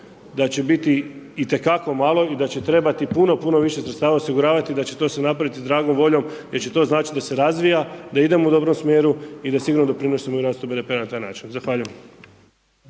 da će biti itekako malo i da će trebati puno, puno više sredstava osiguravati, da će to se napraviti dragom voljom jer će to značiti da razvija, da idemo u dobrom smjeru i da sigurno doprinosimo i rastu BDP-a na taj način. Zahvaljujem.